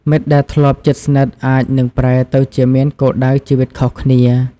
មិត្តដែលធ្លាប់ជិតស្និទ្ធអាចនឹងប្រែទៅជាមានគោលដៅជីវិតខុសគ្នា។